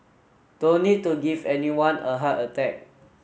don't need to give anyone a heart attack